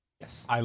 Yes